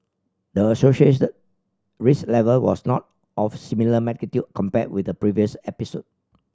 the associated risk level was not of similar magnitude compared with the previous episode